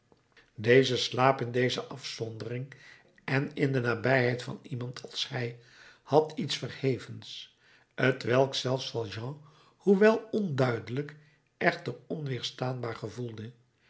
deze slaap in deze afzondering en in de nabijheid van iemand als hij had iets verhevens t welk zelfs valjean hoewel onduidelijk echter onweerstaanbaar gevoelde